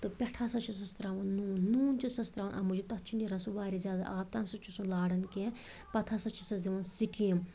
تہٕ پٮ۪ٹھٕ ہسا چھِسَس تراوان نوٗن نوٗن چھِسَس تراوان اَمہِ موجوٗب تَتھ چھِ نٮ۪ران سُہ واریاہ زیادٕ آب تَمہِ سۭتۍ چھِنہٕ سُہ لاران کیٚنہہ پتہٕ ہسا چھِسس دِوان سِٹیٖم